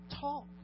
talk